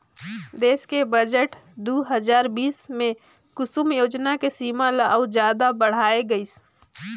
देस के बजट दू हजार बीस मे कुसुम योजना के सीमा ल अउ जादा बढाए गइसे